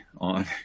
on